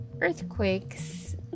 earthquakes